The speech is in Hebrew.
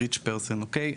אוקיי?